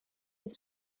bydd